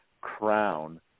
Crown